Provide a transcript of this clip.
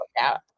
out